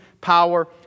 power